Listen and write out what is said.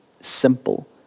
simple